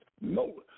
No